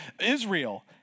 Israel